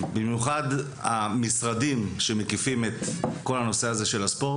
במיוחד המשרדים שמקיפים את כל הנושא הזה של הספורט,